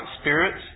spirits